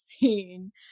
seen